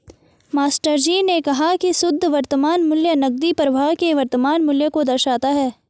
मास्टरजी ने कहा की शुद्ध वर्तमान मूल्य नकदी प्रवाह के वर्तमान मूल्य को दर्शाता है